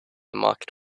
market